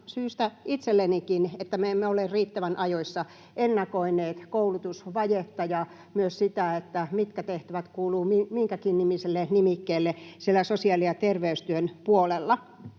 syystä itsellenikin — että me emme ole riittävän ajoissa ennakoineet koulutusvajetta ja myös sitä, mitkä tehtävät kuuluvat minkäkin nimiselle nimikkeelle sosiaali‑ ja terveystyön puolella.